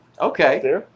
Okay